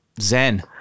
Zen